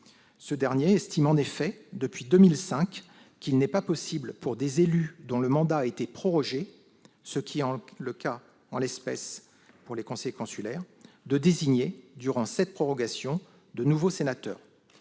Ce dernier estime en effet depuis 2005 qu'il n'est pas possible, pour des élus dont le mandat a été prorogé- c'est, en l'espèce, le cas des conseillers consulaires -, de désigner durant cette prorogation de nouveaux sénateurs.